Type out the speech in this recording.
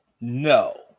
No